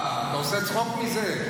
אתה עושה צחוק מזה.